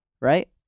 Right